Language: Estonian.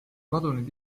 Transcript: kadunud